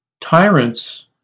Tyrants